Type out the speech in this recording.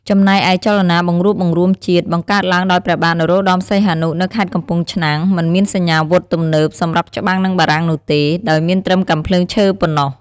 ចំណែកឯចលនាបង្រួបបង្រួមជាតិ បង្កើតឡើងដោយព្រះបាទ នរោត្តមសីហនុ នៅ ខេត្តកំពង់ឆ្នាំង មិនមានសញ្ញវុធទំនើបសម្រាប់ច្បាំងនិងបារាំងនោះទេ ដោយមានត្រឹមកាំភ្លើងឈើប៉ុនណោះ ។